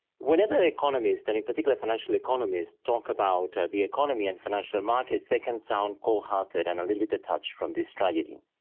whenever the economist and in particular financial economies talk about the economy and financial markets they can sound cold-hearted and a little bit detached from this tragedy.